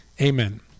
Amen